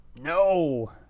no